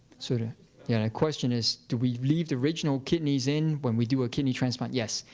sort of yeah question is, do we leave the original kidneys in when we do a kidney transplant? yes.